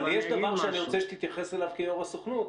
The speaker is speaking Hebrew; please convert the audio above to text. אבל יש דבר שאני רוצה שתתייחס אליו כיו"ר הסוכנות,